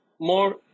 more